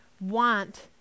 want